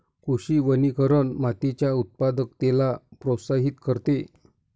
कृषी वनीकरण मातीच्या उत्पादकतेला प्रोत्साहित करते